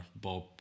Bob